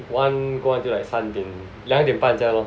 one go until like 三点两点半这样 lor